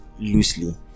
loosely